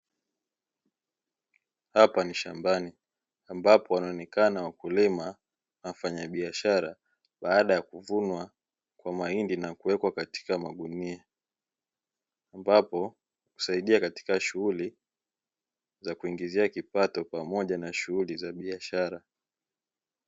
Hapa ni shambani ambapo wanaonekana wakulima na wafanyabiashara, baada ya kuvunwa kwa mahindi na kuwekwa katika magunia, ambapo husaidia katika shughuli za kuingizia kipato pamoja na shughuli za biashara.